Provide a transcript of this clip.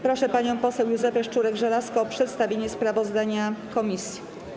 Proszę panią poseł Józefę Szczurek-Żelazko o przedstawienie sprawozdania komisji.